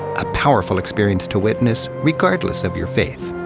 a powerful experience to witness, regardless of your faith.